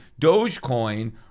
Dogecoin